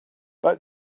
but